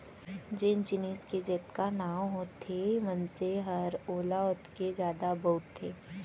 जेन जिनिस के जतका नांव होथे मनसे हर ओला ओतके जादा बउरथे